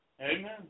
Amen